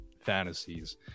fantasies